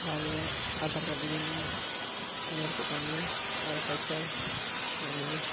ᱞᱟᱦᱟ ᱛᱮᱫᱚ ᱟᱫᱷᱟᱨ ᱠᱟᱨᱰ ᱤᱫᱤ ᱢᱮ ᱧᱮᱞ ᱠᱮᱫ ᱛᱟᱢ ᱜᱮᱭ ᱟᱨ ᱯᱚᱭᱥᱟᱭ ᱮᱢᱟᱜ ᱢᱮᱜᱮ